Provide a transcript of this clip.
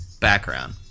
background